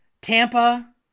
Tampa